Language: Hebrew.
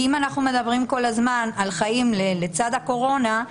אם אנחנו מדברים כל הזמן על חיים לצד הקורונה,